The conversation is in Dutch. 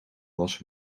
was